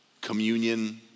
communion